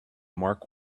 mark